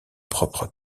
propre